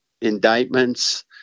indictments